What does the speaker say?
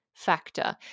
Factor